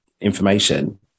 information